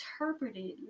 interpreted